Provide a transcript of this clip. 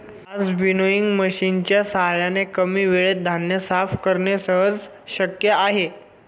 आज विनोइंग मशिनच्या साहाय्याने कमी वेळेत धान्य साफ करणे सहज शक्य आहे